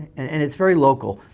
and and it's very local.